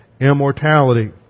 immortality